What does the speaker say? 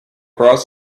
cross